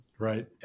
right